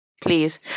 please